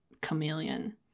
chameleon